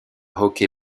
hockey